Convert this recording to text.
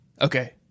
Okay